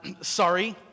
Sorry